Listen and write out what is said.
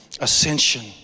ascension